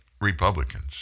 Republicans